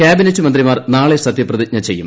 cabinet മന്ത്രിമാർ നാളെ സത്യപ്രതിജ്ഞ ചെയ്യും